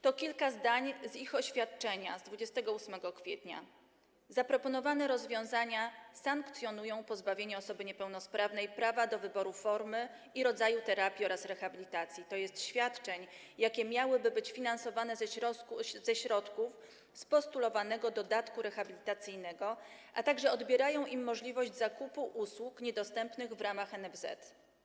To kilka zdań z ich oświadczenia z 28 kwietnia: Zaproponowane rozwiązania sankcjonują pozbawienie osoby niepełnosprawnej prawa do wyboru formy i rodzaju terapii oraz rehabilitacji, tj. świadczeń, jakie miałyby być finansowane ze środków z postulowanego dodatku rehabilitacyjnego, a także odbierają im możliwość zakupu usług niedostępnych w ramach NFZ.